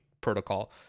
protocol